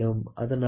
அதனால் கடைசியாக 3